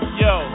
yo